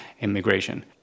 immigration